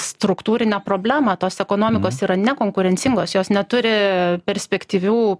struktūrinę problemą tos ekonomikos yra nekonkurencingos jos neturi perspektyvių